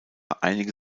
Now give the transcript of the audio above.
einige